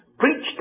preached